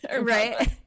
Right